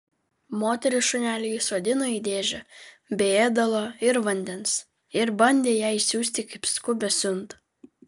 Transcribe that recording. moteris šunelį įsodino į dėžę be ėdalo ir vandens ir bandė ją išsiųsti kaip skubią siuntą